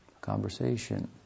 Conversation